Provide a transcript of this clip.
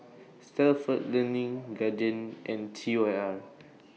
Stalford Learning Guardian and T Y R